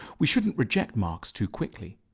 we shouldn't reject marx too quickly.